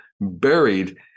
buried